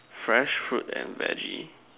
fresh fruits and veggie